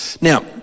Now